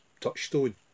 touchstone